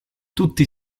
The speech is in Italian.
tutti